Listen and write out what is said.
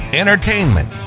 entertainment